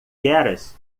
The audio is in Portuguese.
keras